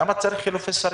למה צריך חילופי שרים?